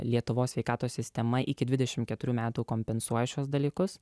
lietuvos sveikatos sistema iki dvidešimt keturių metų kompensuoja šiuos dalykus